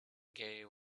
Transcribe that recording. gay